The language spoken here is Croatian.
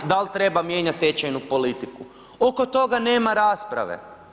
Da li treba mijenjati tečajnu politiku, oko toga nema rasprave.